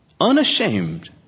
unashamed